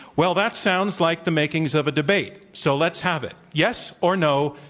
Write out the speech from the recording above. well, that sounds like the makings of a debate. so, let's have it, yes, or, no,